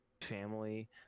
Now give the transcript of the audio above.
family